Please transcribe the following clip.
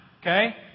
okay